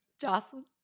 Jocelyn